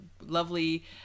lovely